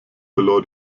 verlor